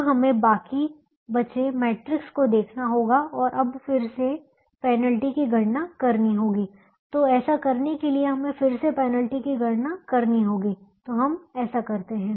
अब हमें बाकी बचे मैट्रिक्स को देखना होगा और अब फिर से पेनल्टी की गणना करनी होगी तो ऐसा करने के लिए हमें फिर से पेनाल्टी की गणना करनी होगी तो हम ऐसा करते हैं